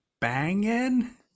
banging